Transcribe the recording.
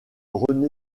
rené